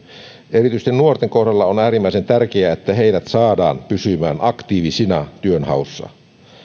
erityisesti nuorten kohdalla on äärimmäisen tärkeää että heidät saadaan pysymään aktiivisina työnhaussa